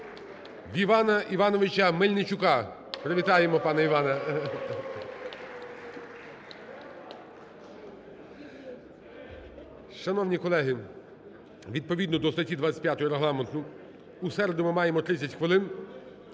У Івана Івановича Мельничука. Привітаємо пана Івана. (Оплески) Шановні колеги, відповідно до статті 25 Регламенту у середу ми маємо 30 хвилин